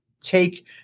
take